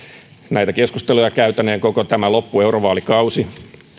näitä keskusteluja käytäneen koko tämä loppueurovaalikausi